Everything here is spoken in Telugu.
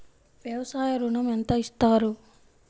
వ్యవసాయ ఋణం ఎంత ఇస్తారు?